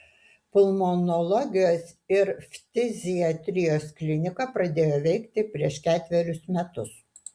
pulmonologijos ir ftiziatrijos klinika pradėjo veikti prieš ketverius metus